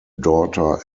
daughter